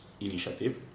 initiative